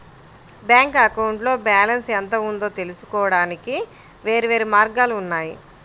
bank అకౌంట్లో balance ఎంత ఉందో తెలుసుకోవడానికి వేర్వేరు మార్గాలు ఉన్నాయి